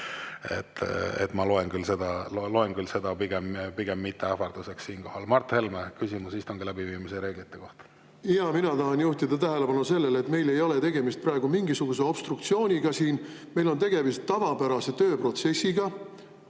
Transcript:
Ma küll pigem ei loe seda ähvarduseks siinkohal. Mart Helme, küsimus istungi läbiviimise reeglite kohta. Jaa. Mina tahan juhtida tähelepanu sellele, et meil ei ole praegu tegemist mingisuguse obstruktsiooniga siin. Meil on tegemist tavapärase tööprotsessiga,